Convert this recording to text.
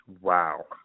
Wow